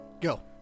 Go